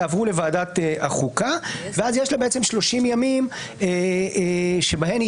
יעברו לוועדת החוקה ואז יש לה 30 ימים בהם היא